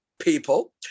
people